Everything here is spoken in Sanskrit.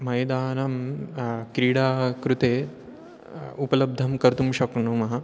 मैदानं क्रीडा कृते उपलब्धं कर्तुं शक्नुमः